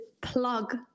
plug